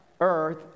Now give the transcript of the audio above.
earth